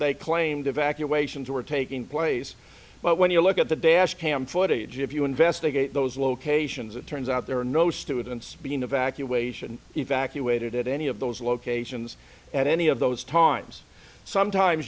they claimed evacuations were taking place but when you look at the dash cam footage if you investigate those locations it turns out there are no students being evacuation evacuated at any of those locations at any of those times sometimes